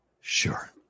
Sure